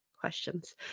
questions